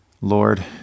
Lord